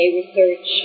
research